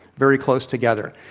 very close together.